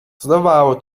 zdawało